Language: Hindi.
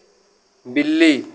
बिल्ली